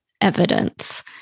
evidence